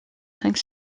cinq